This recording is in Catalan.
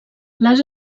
les